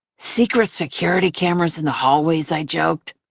secret security cameras in the hallways? i joked.